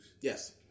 Yes